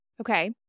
Okay